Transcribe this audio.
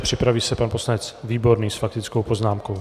Připraví se pan poslanec Výborný s faktickou poznámkou.